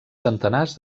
centenars